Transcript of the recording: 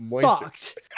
fucked